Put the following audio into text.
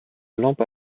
lampe